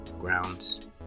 grounds